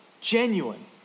genuine